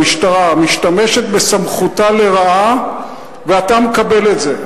המשטרה משתמשת בסמכותה לרעה ואתה מקבל את זה.